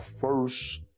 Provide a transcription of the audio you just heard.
first